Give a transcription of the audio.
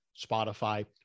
Spotify